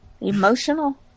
Emotional